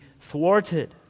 thwarted